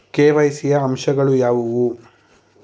KYC ಯ ಅಂಶಗಳು ಯಾವುವು?